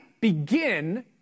begin